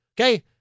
okay